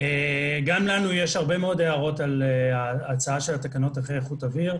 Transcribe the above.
גם לנו יש הרבה מאוד הערות על הצעת תקנות איכות אוויר.